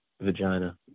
vagina